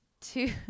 Two